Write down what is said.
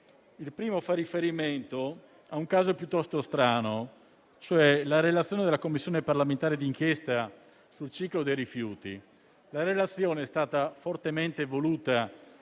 Il primo fa riferimento a un caso piuttosto strano, relativo alla relazione della Commissione parlamentare d'inchiesta sul ciclo dei rifiuti. La relazione è stata fortemente voluta